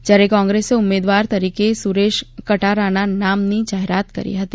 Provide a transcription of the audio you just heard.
જ્યારે કોંગ્રેસે ઉમેદવાર તરીકે સુરે શ કટારાના નામની જાહેરાત કરી હતી